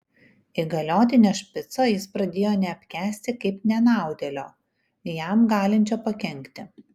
įgaliotinio špico jis pradėjo neapkęsti kaip nenaudėlio jam galinčio pakenkti